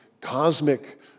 cosmic